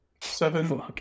Seven